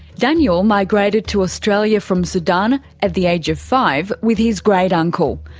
daniel migrated to australia from sudan at the age of five with his great-uncle.